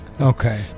Okay